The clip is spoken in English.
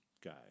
guy